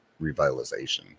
revitalization